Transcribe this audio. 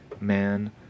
man